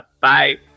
Bye